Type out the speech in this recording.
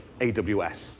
AWS